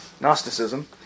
Gnosticism